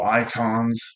icons